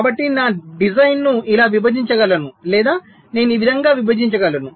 కాబట్టి నేను నా డిజైన్ను ఇలా విభజించగలను లేదా నేను ఈ విధంగా విభజించగలను